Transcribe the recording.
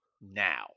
now